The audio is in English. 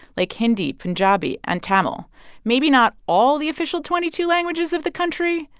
like hindi, punjabi and tamil maybe not all the official twenty two languages of the country,